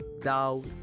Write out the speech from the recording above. doubt